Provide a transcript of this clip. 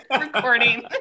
recording